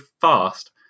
fast